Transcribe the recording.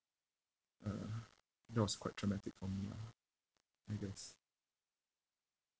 uh that was quite traumatic for me lah I guess